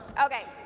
okay,